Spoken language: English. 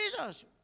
Jesus